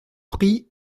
pris